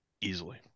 Easily